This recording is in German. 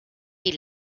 die